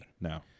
No